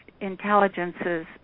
intelligences